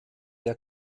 der